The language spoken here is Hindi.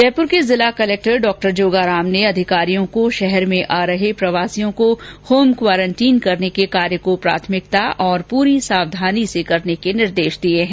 जयपुर के जिला कलक्टर डॉजोगाराम ने अधिकारियों को शहर में आ रहे प्रवासियों को होम क्वारेंटीन करने के कार्य को प्राथमिकता और पूरी सावधानी से करने निर्देश दिए हैं